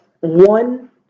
one